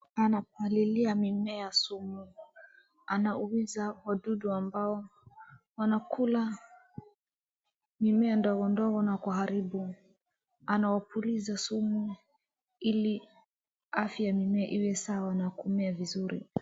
Anapalilia mimea sumu anaumiza wadudu ambao wanakula mimea ndogo ndogo na kuharibu, anawapuliza sumu ili afya ya mimea iwe sawa na kumea vizuri.